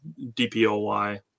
DPOY